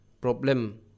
Problem